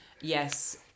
yes